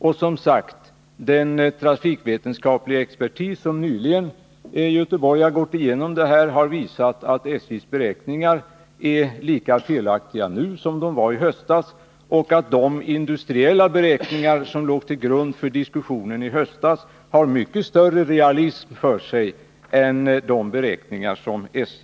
Och den trafikvetenskapliga expertis som nyligen i Göteborg gått igenom det har som sagt visat att SJ:s beräkningar är felaktiga — nu som i höstas — och att de industriella beräkningar som låg till grund för diskussionen i höstas har mycket mer som talar för sig än de beräkningar SJ gjort.